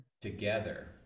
together